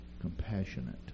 compassionate